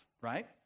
right